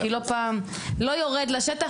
כי קורה לא פעם שלא יורד לשטח,